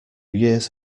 years